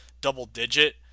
double-digit